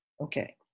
Okay